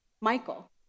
Michael